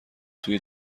توی